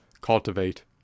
cultivate